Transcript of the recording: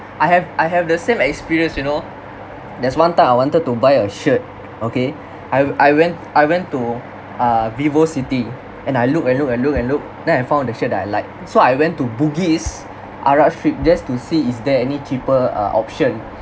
I have I have the same experience you know there's one time I wanted to buy a shirt okay I I went I went to uh vivocity and I look and look and look and look then I found the shirt that I like so I went to bugis arab street just to see is there any cheaper uh option